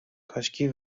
کاشکی